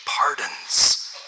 pardons